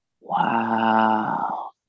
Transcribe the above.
Wow